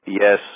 yes